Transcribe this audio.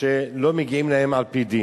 שלא מגיעות להם על-פי דין.